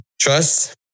trust